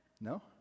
No